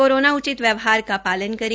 corona उचित व्यवहार का पालन करें